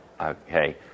Okay